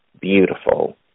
beautiful